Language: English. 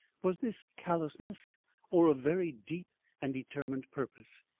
was this callousness or a very deep and determined purpose.